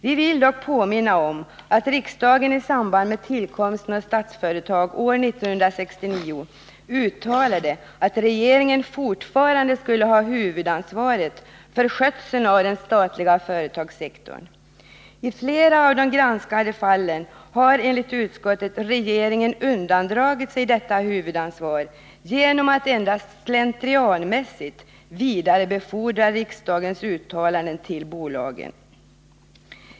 Vi vill dock påminna om att riksdagen i samband med tillkomsten av Statsföretag år 1969 uttalade att regeringen fortfarande skulle ha huvudansvaret för skötseln av den statliga företagssektorn. I flera av de granskade fallen har enligt utskottet regeringen undandragit sig detta huvudansvar genom att endast slentrianmässigt vidarebefordra riksdagens uttalanden till bolagen.